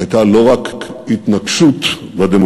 הייתה לא רק התנקשות בדמוקרטיה